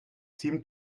seemed